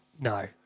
No